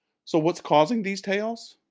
so what's causing these tails?